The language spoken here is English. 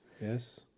Yes